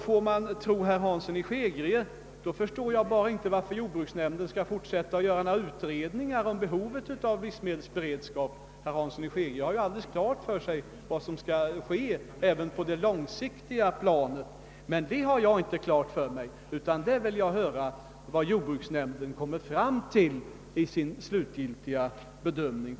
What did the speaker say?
Får man tro herr Hansson i Skegrie förstår jag bara inte varför jordbruksnämnden skall fortsätta att göra utredningar om behovet av en livsmedelsberedskap; herr Hansson har ju alldeles klart för sig vad som bör ske även på längre sikt. Det har jag inte klart för mig, utan vill gärna höra vad jordbruksnämnden kommer fram till vid sin slutgiltiga bedömning.